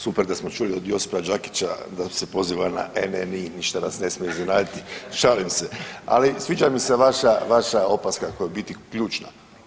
Super da smo čuli od Josipa Đakića da se poziva na NNI, ništa nas ne smije iznenaditi, šalim se, ali sviđa mi se vaša, vaša opaska koja je u biti ključna.